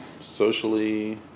socially